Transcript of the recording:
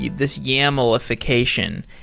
this yamlification,